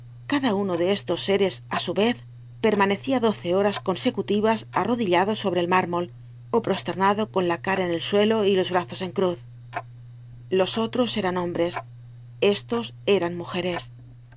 cada uno de estos seres á su vez permanecia doce horas consecutivas arrodillado sobre el mármol ó prosternado con la cara en el suelo y los brazos en cruz los otros eran hombres estos eran mujeres